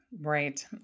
Right